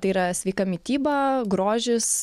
tai yra sveika mityba grožis